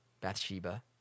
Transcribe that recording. Bathsheba